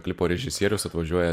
klipo režisierius atvažiuoja